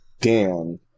Dan